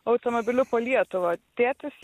automobiliu po lietuvą tėtis